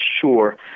sure